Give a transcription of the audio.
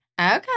Okay